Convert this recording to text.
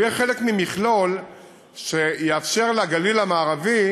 הוא יהיה חלק ממכלול שיאפשר לגליל המערבי